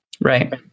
Right